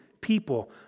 people